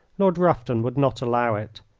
lord rufton would not allow it.